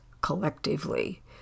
collectively